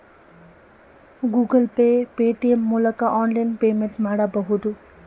Google Pay, Paytm ಮೂಲಕ online payment ಮಾಡಬಹುದು